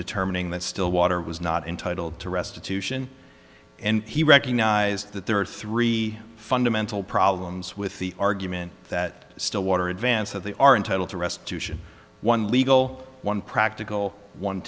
determining that stillwater was not entitled to restitution and he recognized that there were three fundamental problems with the argument that still water advance that they are entitled to restitution one legal one practical one